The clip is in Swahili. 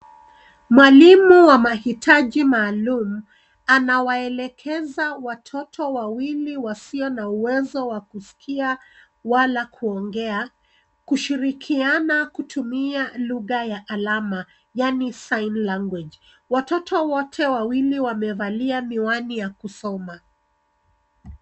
Mwalimu wa mahitaji maalum anawaelekeza watoto wawili wasiona uwezo kusikia wala kuongea kushirikiana kutumia lugha ya alama yaani sign language . Watoto wote wawili wamevalia miwani ya kusoma.